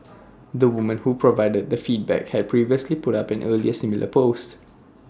the woman who provided the feedback had previously put up an earlier similar post